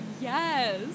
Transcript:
Yes